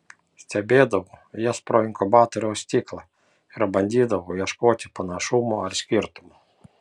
stebėdavau jas pro inkubatoriaus stiklą ir bandydavau ieškoti panašumų ar skirtumų